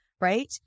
right